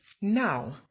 Now